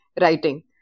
writing